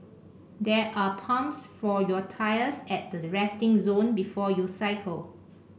there are pumps for your tyres at the resting zone before you cycle